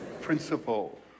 principle